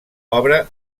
obre